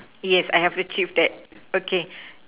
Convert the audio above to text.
yes I have achieved that okay